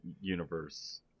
universe